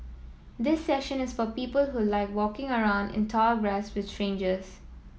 this session is for people who like walking around in tall grass with strangers